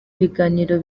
ibiganiro